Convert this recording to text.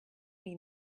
mean